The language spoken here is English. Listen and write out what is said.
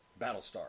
Battlestar